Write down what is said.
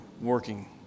working